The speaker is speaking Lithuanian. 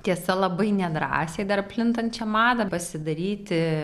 tiesa labai nedrąsiai dar plintančią madą pasidaryti